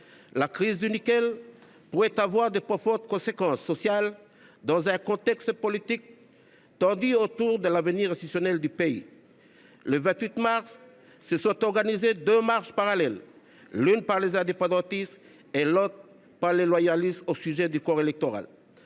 La crise du nickel pourrait avoir de profondes conséquences sociales, dans un contexte politique tendu autour de l’avenir institutionnel du pays. Le 28 mars dernier, deux marches parallèles ont été organisées, l’une par les indépendantistes, l’autre par les loyalistes, au sujet du corps électoral.